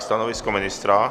Stanovisko ministra?